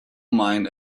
mine